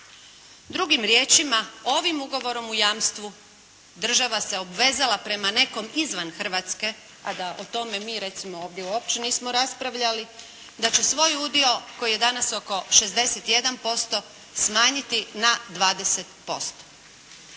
Drugim riječima ovim ugovorom o jamstvu država se obvezala prema nekom izvan Hrvatske, a da o tome mi recimo mi ovdje uopće nismo raspravljali, da će svoj udio koji je danas oko 61% smanjiti na 20%.